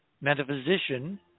metaphysician